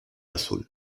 azul